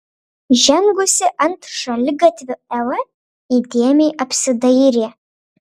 žengusi ant šaligatvio eva įdėmiai apsidairė